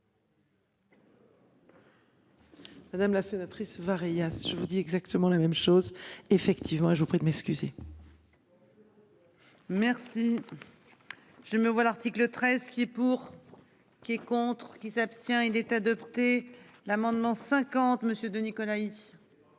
Madame la sénatrice var. Je vous dit exactement la même chose effectivement et je vous prie de m'excuser. Merci. Je me vois l'article 13 qui est pour. Qui est contre qui s'abstient il est adopté l'amendement 50 Monsieur de Nicolas